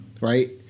right